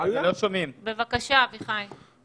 איפה התשובות?